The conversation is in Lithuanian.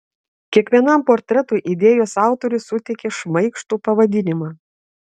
kiekvienam portretui idėjos autorius suteikė šmaikštų pavadinimą